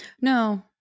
no